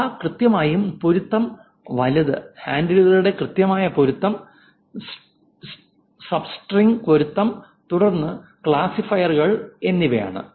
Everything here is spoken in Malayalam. അവ കൃത്യമായ പൊരുത്തം വലത് ഹാൻഡിലുകളുടെ കൃത്യമായ പൊരുത്തം സബ്സ്ട്രിംഗ് പൊരുത്തം തുടർന്ന് ക്ലാസിഫയറുകൾ എന്നിവയാണ്